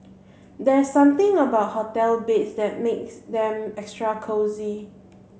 there's something about hotel beds that makes them extra cosy